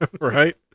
Right